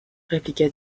répliqua